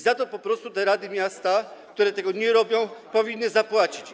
Za to po prostu te rady miasta, które tego nie robią, powinny zapłacić.